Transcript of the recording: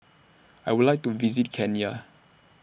I Would like to visit Kenya